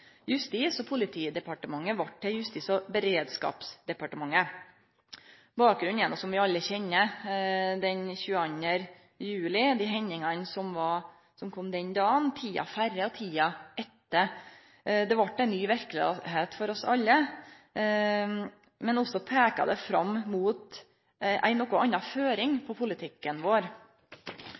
Justis- og politidepartementet vart til Justis- og beredskapsdepartementet. Bakgrunnen er, som vi alle kjenner til, den 22. juli og hendingane den dagen – tida før og tida etter. Det vart ei ny verkelegheit for oss alle, men det peiker også fram mot ei noko anna føring på politikken vår.